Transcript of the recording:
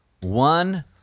one